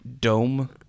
dome